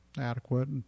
adequate